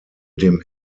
dem